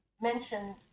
mentioned